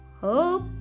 Hope